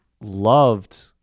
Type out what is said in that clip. loved